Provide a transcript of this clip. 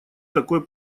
такой